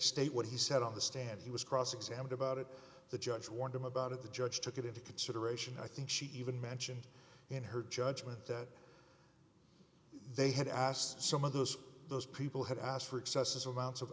state what he said on the stand he was cross examined about it the judge warned him about it the judge took it into consideration i think she even mentioned in her judgment that they had asked some of those those people had asked for excessive amounts of